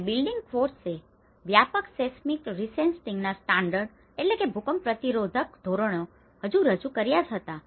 જ્યારે building building ઈમારત કોડ્સે વ્યાપક સેસ્મીક રેસિસ્ટંટના સ્ટાન્ડર્ડસ seismic resistant standards ભૂકંપ પ્રતિરોધક ધોરણો હજુ રજૂ કર્યા જ હતા